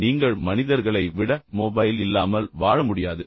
நீங்கள் மனிதர்கள் இல்லாமல் வாழ முடியும் ஆனால் நீங்கள் மொபைல் இல்லாமல் வாழ முடியாது